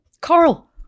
Carl